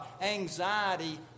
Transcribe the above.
anxiety